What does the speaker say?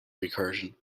recursion